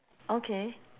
okay